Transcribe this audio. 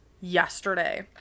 yesterday